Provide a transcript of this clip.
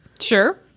Sure